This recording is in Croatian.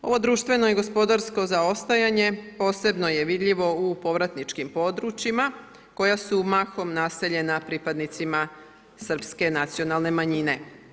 Ovo društveno i gospodarsko zaostajanje posebno je vidljivo u povratničkim područjima koja su mahom naseljena pripadnicima srpske nacionalne manjine.